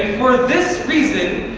and for this reason,